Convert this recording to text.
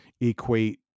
equate